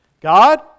God